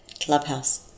clubhouse